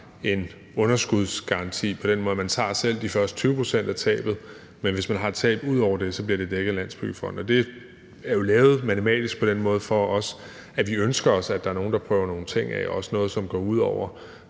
en underskudsgaranti på den måde, at man selv tager de første 20 pct. af tabet, men hvis man har tab udover det, bliver det dækket af Landsbyggefonden. Det er jo lavet matematisk på den måde, fordi vi ønsker os, at der er nogen, der prøver nogle ting af, også noget, som går ud over,